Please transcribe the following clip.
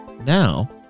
now